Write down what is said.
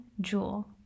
jewel